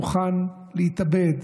מוכן להתאבד.